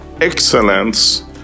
Excellence